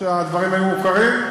שהדברים היו מוכרים?